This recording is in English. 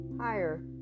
higher